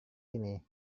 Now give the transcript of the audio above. ini